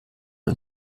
und